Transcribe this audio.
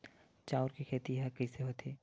चांउर के खेती ह कइसे होथे?